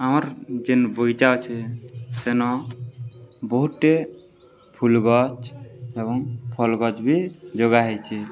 ଆମର୍ ଯେନ୍ ବଗିଚା ଅଛେ ସେନ ବହୁତଟେ ଫୁଲଗଛ ଏବଂ ଫଲ ଗଛ ବି ଯୋଗା ହେଇଚି